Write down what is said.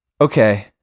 okay